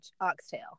oxtail